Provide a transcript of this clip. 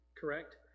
Correct